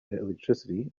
electricity